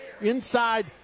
inside